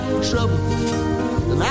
trouble